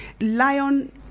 Lion